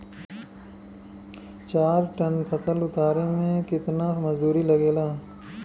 चार टन फसल उतारे में कितना मजदूरी लागेला?